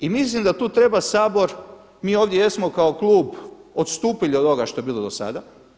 I mislim da tu treba Sabor, mi ovdje jesmo kao klub odstupili od ovoga što je bilo do sada.